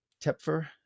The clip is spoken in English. Tepfer